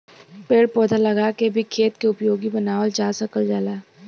पेड़ पौधा लगा के भी खेत के उपयोगी बनावल जा सकल जाला